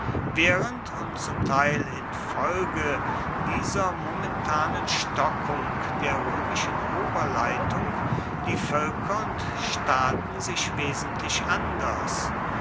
während und zum teil infolge dieser momentanen stockung der römischen oberleitung die völker und staaten sich wesentlich anders